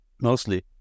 mostly